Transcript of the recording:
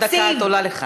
בעוד דקה את עולה לכאן,